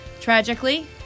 Tragically